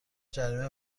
جریمه